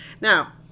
Now